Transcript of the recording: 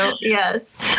Yes